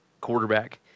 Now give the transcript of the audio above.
quarterback